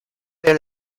pero